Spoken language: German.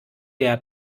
der